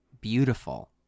beautiful